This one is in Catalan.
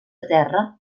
terra